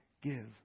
give